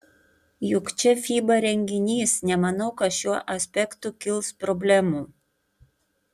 juk čia fiba renginys nemanau kad šiuo aspektu kils problemų